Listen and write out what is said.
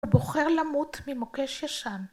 ‏123 נסיון בותתמלא לי את זה בבקשה ל-YouTube ונראה איך זה נשמע